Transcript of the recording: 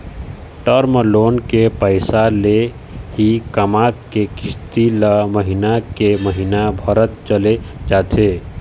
term loan के पइसा ले ही कमा के किस्ती ल महिना के महिना भरत चले जाथे